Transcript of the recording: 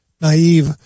naive